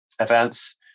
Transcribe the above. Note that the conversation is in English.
events